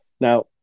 now